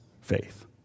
faith